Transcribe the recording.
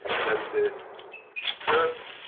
then the third